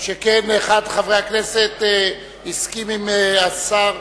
שכן אחד מחברי הכנסת הסכים עם השר,